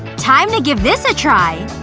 time to give this a try